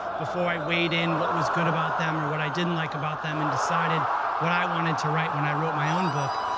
before i weighed in what was good about them, or what i didn't like about them, and decided what i wanted to write, when i wrote my own book.